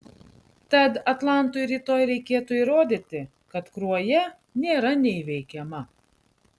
tad atlantui rytoj reikėtų įrodyti kad kruoja nėra neįveikiama